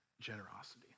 generosity